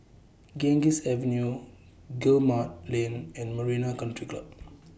Ganges Avenue Guillemard Lane and Marina Country Club